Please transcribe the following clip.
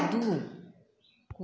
दू